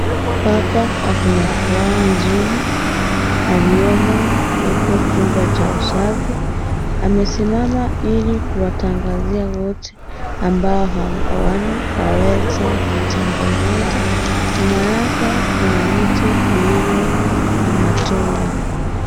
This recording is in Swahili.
Baba akonna furaha nzuri aliyomo uko jumba cha usafi, amesimama ili kuwatangazia wote ambao hawana Waweze kutengeneza, nyuma yake kuna miti iliyo na matunda.